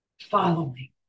following